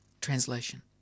Translation